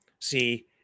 See